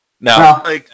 No